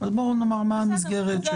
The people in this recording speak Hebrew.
בואו נאמר מה המסגרת.